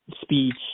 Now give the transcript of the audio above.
speech